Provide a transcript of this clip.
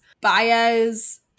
Baez